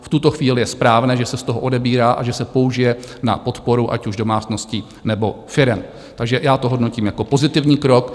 V tuto chvíli je správné, že se z toho odebírá a že se použije na podporu, ať už domácností, nebo firem, takže já to hodnotím jako pozitivní krok.